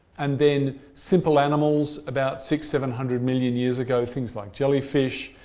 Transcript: and then simple animals about six seven hundred million years ago, things like jellyfish,